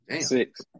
Six